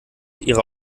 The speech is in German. ihre